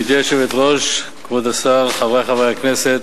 גברתי היושבת-ראש, כבוד השר, חברי חברי הכנסת,